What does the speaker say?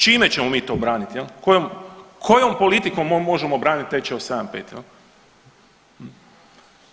Čime ćemo mi to braniti, kojom politikom možemo braniti tečaj u 7,5?